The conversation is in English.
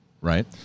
right